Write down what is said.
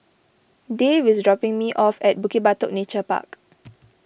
Dave is dropping me off at Bukit Batok Nature Park